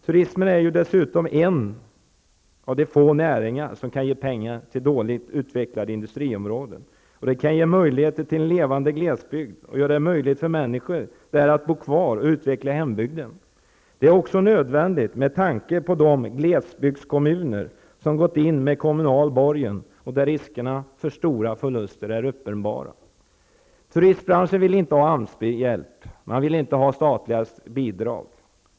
Turismen är ju dessutom en av de få näringar som kan ge pengar till dåligt utvecklade industriområden. Den kan ge möjligheter till en levande glesbygd och göra det möjligt för människor där att bo kvar och utveckla hembygden. Detta är också nödvändigt med tanke på de glesbygdskommuner som har gått in med kommunal borgen och där riskerna för stora förluster är uppenbara. Turistbranschen vill inte ha AMS-hjälp och andra statliga bidrag.